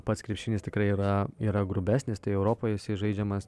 pats krepšinis tikrai yra yra grubesnis tai europoj jis žaidžiamas